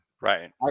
Right